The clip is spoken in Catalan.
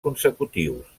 consecutius